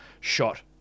shot